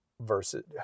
versus